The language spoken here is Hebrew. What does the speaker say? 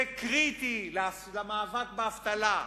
זה קריטי למאבק באבטלה,